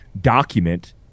document